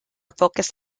focus